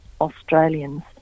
Australians